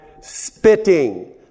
spitting